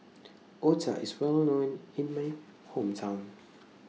Otah IS Well known in My Hometown